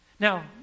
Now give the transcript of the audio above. Now